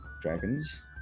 dragons